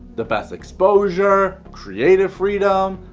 the best exposure, creative freedom,